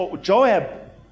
Joab